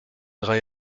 drei